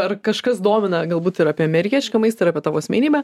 ar kažkas domina galbūt ir apie amerikietišką maistą ir apie tavo asmenybę